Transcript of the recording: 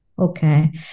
Okay